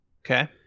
Okay